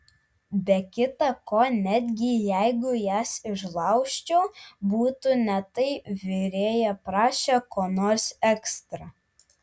be kita ko netgi jeigu jas išlaužčiau būtų ne tai virėja prašė ko nors ekstra